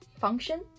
function